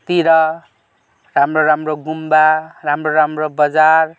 तिर राम्रो राम्रो गुम्बा राम्रो राम्रो बजार